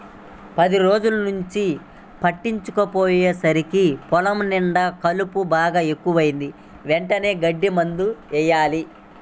పది రోజుల్నుంచి పట్టించుకోకపొయ్యేసరికి పొలం నిండా కలుపు బాగా ఎక్కువైంది, వెంటనే గడ్డి మందు యెయ్యాల